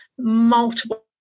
multiple